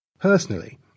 Personally